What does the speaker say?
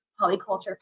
polyculture